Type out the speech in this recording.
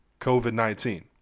COVID-19